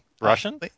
Russian